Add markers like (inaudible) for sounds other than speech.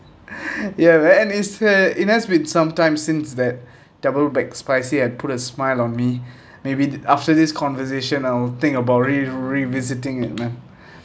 ya and it's a it has been sometime since that double Mcspicy had put a smile on me (breath) maybe after this conversation I will think about re~ revisiting it man